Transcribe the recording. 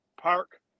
park